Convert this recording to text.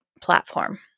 platform